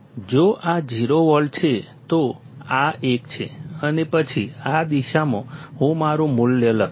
જો આ 0 વોલ્ટ છે તો આ 1 છે અને પછી આ દિશામાં હું મારું મૂલ્ય લખીશ